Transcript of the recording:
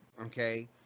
okay